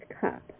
Cup